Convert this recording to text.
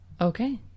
Okay